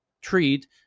treat